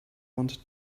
wanted